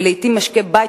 ולעתים משקי בית